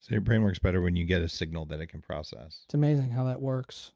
so your brain works better when you get a signal that it can process? it's amazing how that works